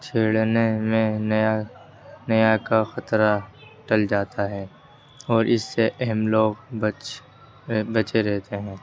چھڑنے میں نیا نیا کا خطرہ ٹل جاتا ہے اور اس سے اہم لوگ بچ بچے رہتے ہیں